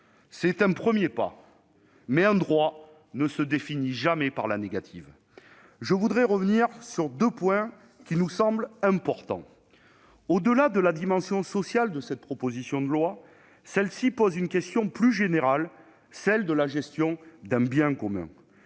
C'est un premier pas, mais un droit ne se définit jamais par la négative. Permettez-moi de revenir sur deux points qui nous paraissent importants. Au-delà de sa dimension sociale, cette proposition de loi pose une question plus générale, celle de la gestion d'un bien commun.